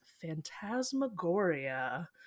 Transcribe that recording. phantasmagoria